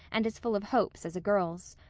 and as full of hopes as a girl's.